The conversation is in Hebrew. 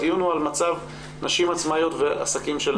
הדיון הוא על מצב נשים עצמאיות ועסקים של נשים.